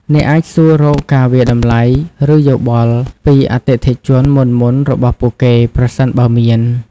អ្នកអាចសួររក ការវាយតម្លៃ ឬយោបល់ ពីអតិថិជនមុនៗរបស់ពួកគេ ប្រសិនបើមាន។